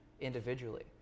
individually